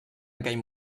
aquell